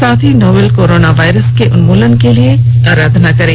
साथ ही novel corona virus के उन्मूलन के लिए आराधना करें